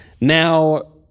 Now